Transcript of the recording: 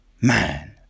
man